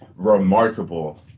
remarkable